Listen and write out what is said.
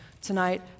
tonight